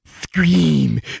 Scream